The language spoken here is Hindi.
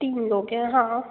तीन लोग हैं हाँ